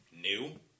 New